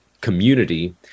community